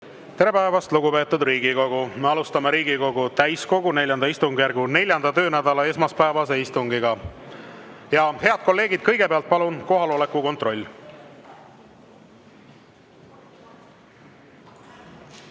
Tere päevast, lugupeetud Riigikogu! Me alustame Riigikogu täiskogu IV istungjärgu 4. töönädala esmaspäevast istungit. Head kolleegid, kõigepealt palun kohaloleku kontroll.